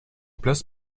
place